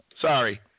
Sorry